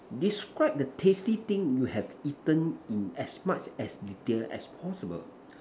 describe the tasty thing you have eaten in as much as detail as possible